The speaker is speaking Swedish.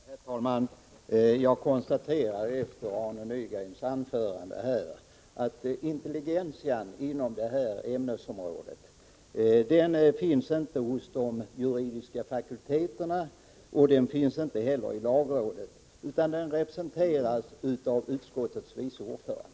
Herr talman! Jag konstaterar efter Arne Nygrens anförande att intelligentian inom det här ämnesområdet inte finns hos de juridiska fakulteterna och inte heller i lagrådet, utan den representeras av utskottets vice ordförande.